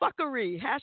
fuckery